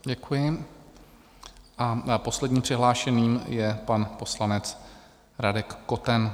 Děkuji a posledním přihlášeným je pan poslanec Radek Koten.